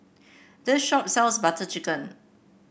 this shop sells Butter Chicken